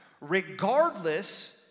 regardless